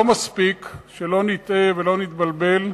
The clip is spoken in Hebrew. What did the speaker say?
לא מספיק, שלא נטעה ולא נתבלבל,